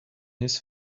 his